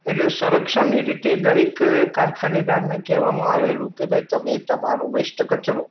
એટલે સંરક્ષણની રીતે દરેક કારખાનેદારને કહેવામાં આવેલું કે ભાઈ તમે તમારો વેસ્ટ કચરો